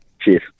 Cheers